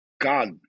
God